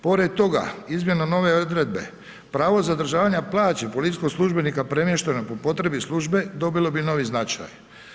Pored toga, izmjena nove odredbe, pravo zadržavanja plaće policijskog službenika premještenog po potrebi službe, dobilo bi novi značaj.